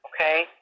okay